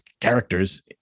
characters